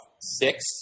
six